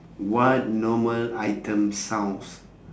what normal item sounds